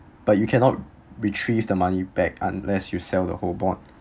but you cannot retrieve the money back unless you sell the whole bond